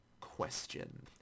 question